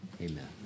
Amen